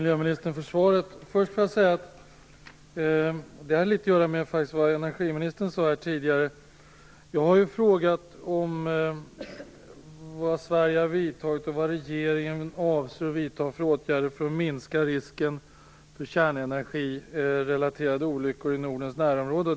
Herr talman! Jag tackar miljöministern för svaret. Först vill jag säga att jag har frågat om vad Sverige har vidtagit och vad regeringen avser att vidta för åtgärder för att minska risken för kärnenergirelaterade olyckor i Nordens närområde.